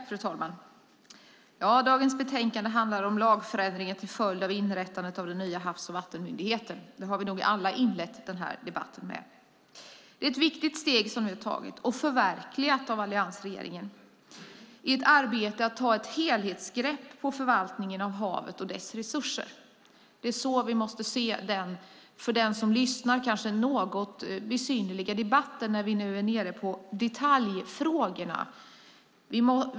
Fru talman! Dagens betänkande handlar om lagförändringar till följd av inrättandet av den nya Havs och vattenmyndigheten. Det har vi nog alla inlett med att säga. Ett viktigt steg är nu taget och förverkligat av alliansregeringen i arbetet för att ta ett helhetsgrepp på förvaltningen av havet och dess resurser. Det är så vi måste se på denna, för dem som lyssnar kanske något besynnerliga, debatt där vi nu är nere på detaljfrågorna.